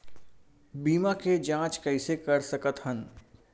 बीमा के जांच कइसे कर सकत हन?